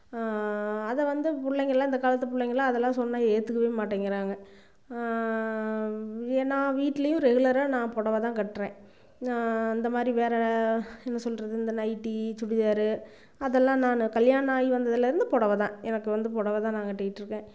அதை வந்து பிள்ளைங்கள்லாம் இந்த காலத்து பிள்ளைங்கள்லாம் அதெல்லாம் சொன்னால் ஏற்றுக்கவே மாட்டேங்கிறாங்க ஏன்னா வீட்லையும் ரெகுலராக நான் புடவை தான் கட்டுறேன் நான் அந்த மாதிரி வேற ர என்ன சொல்கிறது இந்த நைட்டி சுடிதார் அதெல்லாம் நான் கல்யாணம் ஆகி வந்ததுலேருந்து புடவை தான் எனக்கு வந்து புடவை தான் நான் கட்டிட்டிருக்கேன்